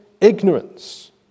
ignorance